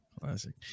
Classic